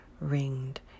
ringed